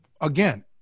again